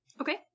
Okay